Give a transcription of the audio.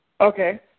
okay